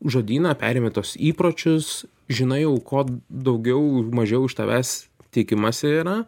žodyną perimi tuos įpročius žinai jau ko daugiau mažiau iš tavęs tikimasi yra